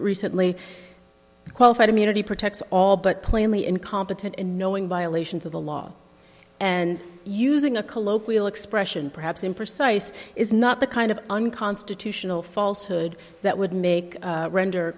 recently qualified immunity protects all but plainly incompetent and knowing violations of the law and using a colloquial expression perhaps imprecise is not the kind of unconstitutional falsehood that would make render